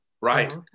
Right